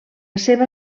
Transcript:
seva